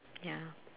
ya